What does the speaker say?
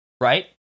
right